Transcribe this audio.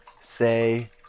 say